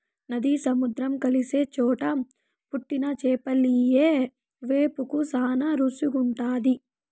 నది, సముద్రం కలిసే చోట పుట్టిన చేపలియ్యి వేపుకు శానా రుసిగుంటాది